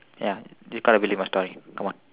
ya you gotta believe my story come on